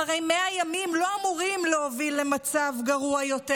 אחרי 100 ימים לא אמורים להוביל למצב גרוע יותר.